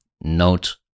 Note